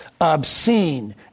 obscene